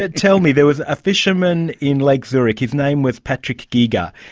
ah tell me, there was a fisherman in lake zurich, his name was patrick giger.